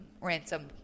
ransom